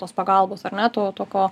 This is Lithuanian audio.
tos pagalbos ar ne to tokio